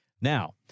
Now